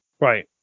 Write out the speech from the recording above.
Right